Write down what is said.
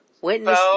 Witness